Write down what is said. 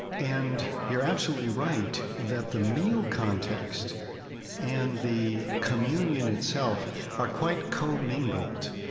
and you're absolutely right that the meal context and the communion itself are quite commingled,